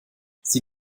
sie